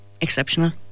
Exceptional